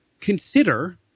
consider